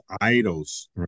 idols